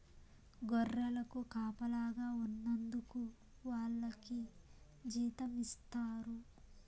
గొర్రెలకు కాపలాగా ఉన్నందుకు వాళ్లకి జీతం ఇస్తారు